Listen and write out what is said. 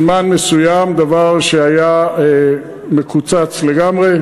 בזמן מסוים, דבר שהיה מקוצץ לגמרי.